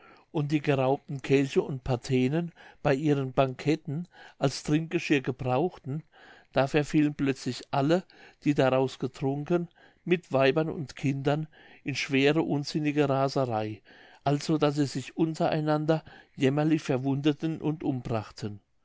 und die geraubten kelche und patenen bei ihren banketten als trinkgeschirr gebrauchten da verfielen plötzlich alle so daraus getrunken mit weibern und kindern in schwere unsinnige raserei also daß sie sich untereinander jämmerlich verwundeten und umbrachten